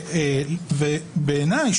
בעיניי,